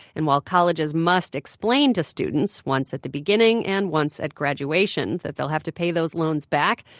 and while colleges must explain to students, once at the beginning and once at graduation, that they'll have to pay those loans back,